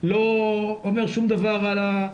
לא אומר שום דבר על ה-,